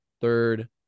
third